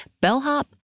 bellhop